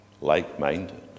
like-minded